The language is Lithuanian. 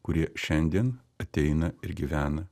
kurie šiandien ateina ir gyvena